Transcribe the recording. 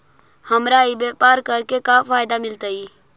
हमरा ई व्यापार करके का फायदा मिलतइ?